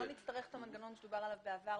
לא נצטרך את המנגנון שדובר עליו במעברים.